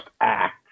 act